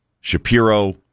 Shapiro